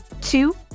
two